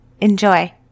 Enjoy